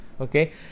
Okay